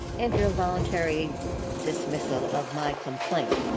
enter a voluntary dismissal of my complaint.